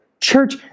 church